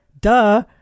Duh